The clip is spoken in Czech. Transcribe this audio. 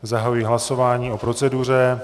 Zahajuji hlasování o proceduře.